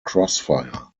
crossfire